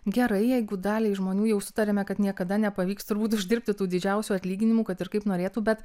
gerai jeigu daliai žmonių jau sutarėme kad niekada nepavyks turbūt uždirbti tų didžiausių atlyginimų kad ir kaip norėtų bet